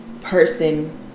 person